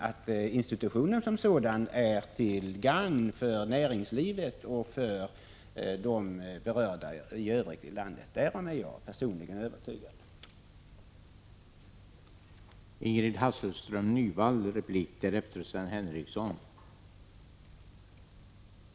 Att institutionen som sådan är till gagn för näringslivet och för de berörda i övrigt i landet är jag personligen övertygad om.